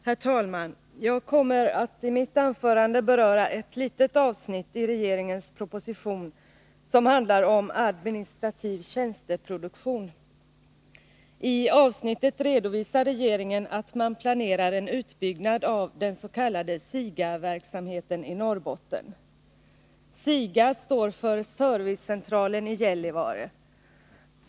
Herr talman! Jag kommer i mitt anförande att beröra ett litet avsnitt i regeringens proposition som handlar om administrativ tjänsteproduktion. I avsnittet redovisar regeringen att man planerar en utbyggnad av den s.k. SIGA-verksamheten i Norrbotten. SIGA står för Servicecentralen i Gällivare.